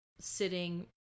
sitting